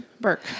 Burke